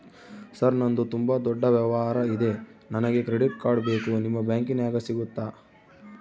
Sir ನಂದು ತುಂಬಾ ದೊಡ್ಡ ವ್ಯವಹಾರ ಇದೆ ನನಗೆ ಕ್ರೆಡಿಟ್ ಕಾರ್ಡ್ ಬೇಕು ನಿಮ್ಮ ಬ್ಯಾಂಕಿನ್ಯಾಗ ಸಿಗುತ್ತಾ?